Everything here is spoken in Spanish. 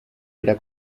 era